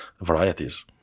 varieties